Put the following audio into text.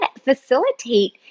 facilitate